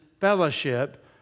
fellowship